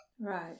Right